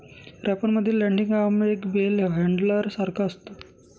wrapper मध्ये landing arm एका bell handler सारखा असतो